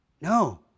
No